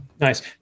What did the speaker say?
nice